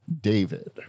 david